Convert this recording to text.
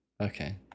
Okay